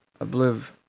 Obliv